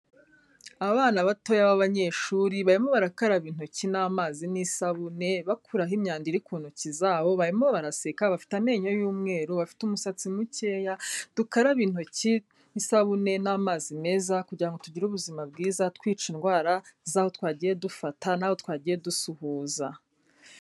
Abana batoya b'abanyeshuri barimo barakaraba intoki n'amazi n'isabune bakuraho imyanda iri ku ntoki zabo, barimo baraseka, bafite amenyo y'umweru, bafite umusatsi mukeya, dukaraba intoki n'isabune n'amazi meza, kugira ngo tugire ubuzima bwiza twica indwara z'aho twagiye dufata n'aho twagiye dusuhuza.